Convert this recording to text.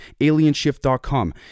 alienshift.com